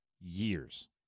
years